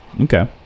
okay